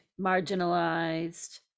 marginalized